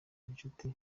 n’inshuti